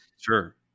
Sure